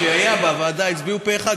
כשהיו בוועדה הצביעו פה אחד,